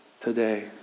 today